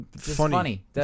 funny